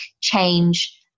change